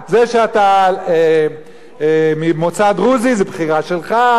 זה שאתה ממוצא דרוזי זה בחירה שלך,